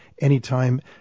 anytime